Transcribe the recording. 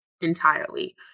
entirely